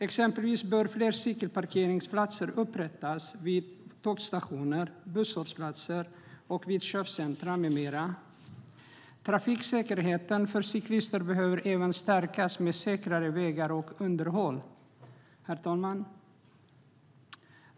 Exempelvis bör fler cykelparkeringsplatser upprättas vid tågstationer, busshållplatser, köpcentrum med mera. Trafiksäkerheten för cyklister behöver även stärkas med säkrare vägar och underhåll. Herr talman!